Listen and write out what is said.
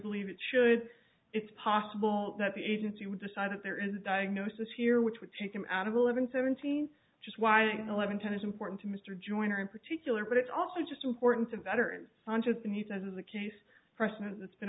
believe it should it's possible that the agency would decide that there is a diagnosis here which would take him out of eleven seventeen just wiring eleven ten is important to mr joyner in particular but it's also just important to veterans songes and he says the case precedent that's been